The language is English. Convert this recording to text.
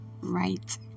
right